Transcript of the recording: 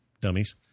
dummies